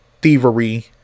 thievery